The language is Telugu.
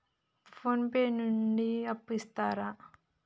ఫోన్ పే నుండి అప్పు ఇత్తరా?